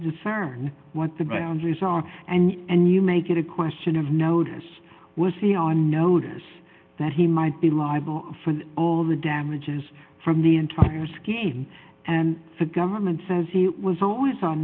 discern what the boundaries are and you make it a question of notice was he on notice that he might be liable for all the damages from the entire scheme and the government says it was always on